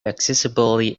accessibility